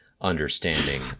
understanding